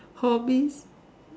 hobby